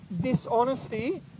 dishonesty